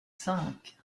cinq